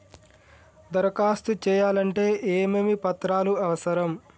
దరఖాస్తు చేయాలంటే ఏమేమి పత్రాలు అవసరం?